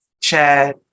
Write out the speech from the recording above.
Chad